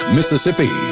Mississippi